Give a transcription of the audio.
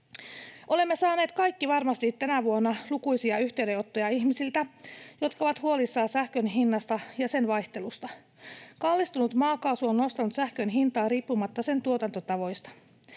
Olemme saaneet varmasti kaikki tänä vuonna lukuisia yhteydenottoja ihmisiltä, jotka ovat huolissaan sähkön hinnasta ja sen vaihtelusta. Kallistunut maakaasu on nostanut sähkön hintaa riippumatta sen tuotantotavoista.